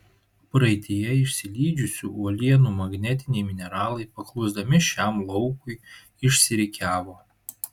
praeityje išsilydžiusių uolienų magnetiniai mineralai paklusdami šiam laukui išsirikiavo